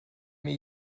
mir